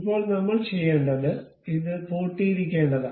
ഇപ്പോൾ നമ്മൾ ചെയ്യേണ്ടത് ഇത് പൂട്ടിയിരിക്കേണ്ടതാണ്